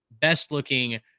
best-looking